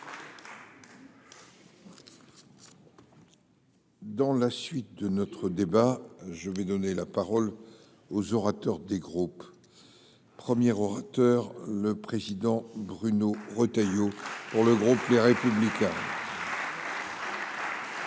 Dans la suite de notre débat, je vais donner la parole aux orateurs des groupes premier orateur le président Bruno Retailleau. Pour le groupe Les Républicains. Monsieur